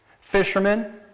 Fishermen